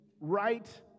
right